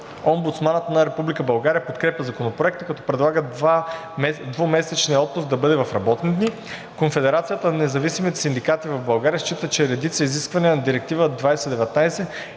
Омбудсманът на Република България подкрепя Законопроекта, като предлага 2-месечният отпуск да бъде в работни дни. Конфедерацията на независимите синдикати в България счита, че редица изисквания на Директива